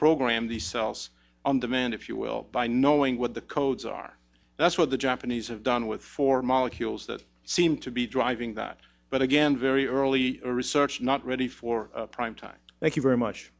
reprogrammed these cells on demand if you will by knowing what the codes are that's what the japanese have done with four molecules that seem to be driving that but again very early research not ready for prime time thank you very much